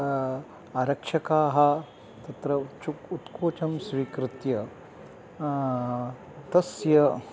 आरक्षकाः तत्र उच्चं उत्कोचं स्वीकृत्य तस्य